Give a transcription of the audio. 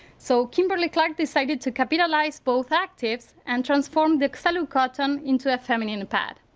so kimberly-clark decided to capitalize both actives and transformed the cellucotton into a feminine pad.